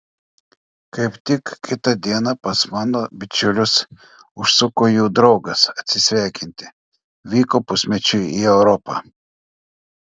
kaip tik kitą dieną pas mano bičiulius užsuko jų draugas atsisveikinti vyko pusmečiui į europą